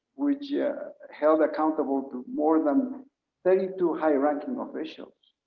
which yeah held accountable to more than thirty two high ranking officials